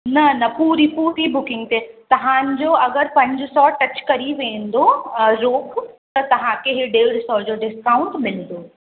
न न पूरी पूरी बुकिंग ते तव्हांजौ अगरि पंज सौ टच करी वेंदो रोक त तव्हांखे हीअ डेढ़ सौ जो डिस्काउंट मिलंदो